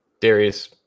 darius